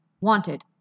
Wanted